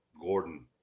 Gordon